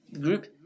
group